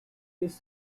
this